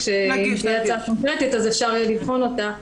כשתהיה הצעה קונקרטית אז אפשר יהיה לבחון אותה,